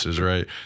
right